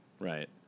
Right